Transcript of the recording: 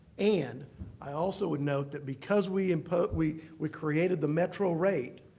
and i also would note that because we impose we we created the metro rate,